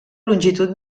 longitud